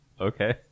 Okay